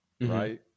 right